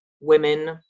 women